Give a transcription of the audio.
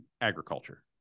agriculture